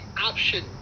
option